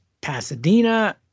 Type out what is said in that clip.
Pasadena